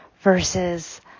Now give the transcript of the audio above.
versus